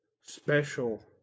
special